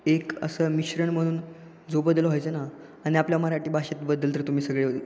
एक असं मिश्रण म्हणून जो बदललं व्हायचं ना आणि आपल्या मराठी भाषेत बदल तर तुम्ही सगळे